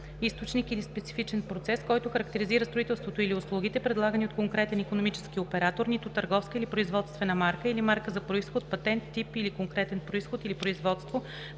източник или специфичен процес, който характеризира строителството или услугите, предлагани от конкретен икономически оператор, нито търговска или производствена марка или марка за произход, патент, тип или конкретен произход или производство,